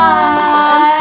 Bye